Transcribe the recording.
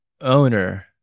owner